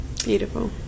beautiful